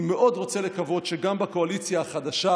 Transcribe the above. אני מאוד רוצה לקוות שגם בקואליציה החדשה